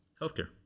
healthcare